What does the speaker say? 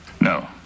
no